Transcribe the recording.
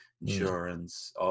insurance